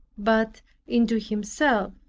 but into himself,